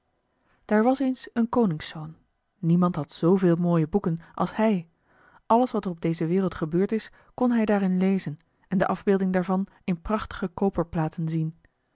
daar was eens een koningszoon niemand had zooveel mooie boeken als hij alles wat er op deze wereld gebeurd is kon hij daarin lezen en de afbeelding daarvan in prachtige koperplaten zien